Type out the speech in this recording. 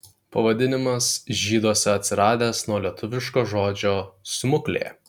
pavadinimas žyduose atsiradęs nuo lietuviško žodžio smuklė